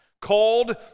Called